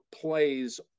plays